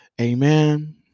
Amen